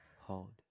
Hold